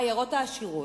העיירות העשירות,